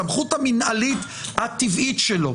הסמכות המינהלית הטבעית שלו